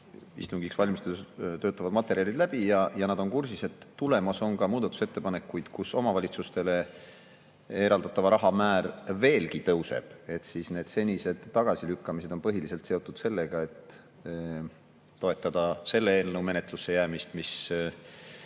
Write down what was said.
istungiks valmistudes alati materjalid läbi ja nad on kursis, et tulemas on ka muudatusettepanekuid, kus omavalitsustele eraldatava raha määr veelgi tõuseb, siis on need senised tagasilükkamised olnud põhiliselt seotud sellega, et [kavatsetakse] toetada selle eelnõu menetlusse jäämist, mis